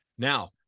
Now